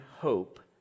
hope